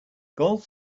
golf